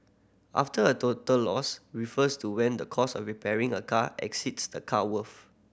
after a total loss refers to when the cost of repairing a car exceeds the car worth